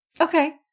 Okay